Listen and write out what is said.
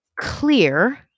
clear